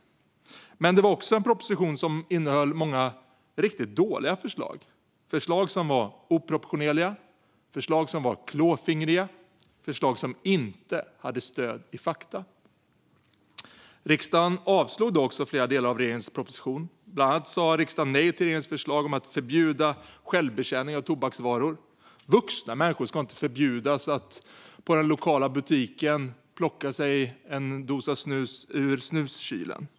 Men det var också en proposition som innehöll många riktigt dåliga förslag - förslag som var oproportionerliga, förslag som var klåfingriga och förslag som inte hade stöd i fakta. Riksdagen avslog då också flera delar av regeringens proposition. Bland annat sa riksdagen nej till regeringens förslag om att förbjuda självbetjäning av tobaksvaror. Vuxna människor ska inte förbjudas att i den lokala butiken plocka sig en dosa snus ur snuskylen.